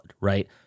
right